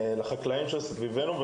לחקלאים שמסביבנו.